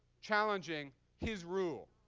challenging his rule,